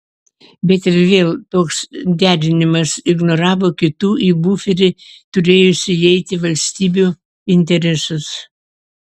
bet ir vėl toks derinimas ignoravo kitų į buferį turėjusių įeiti valstybių interesus